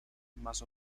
más